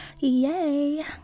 Yay